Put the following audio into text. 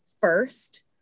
first